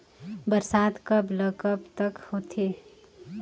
बरसात कब ल कब तक होथे?